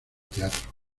teatro